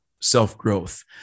self-growth